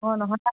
অঁ নহয়